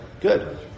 Good